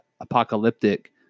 apocalyptic